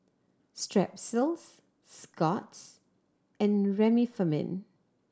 Strepsils Scott's and Remifemin